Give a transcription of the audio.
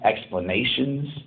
explanations